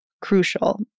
crucial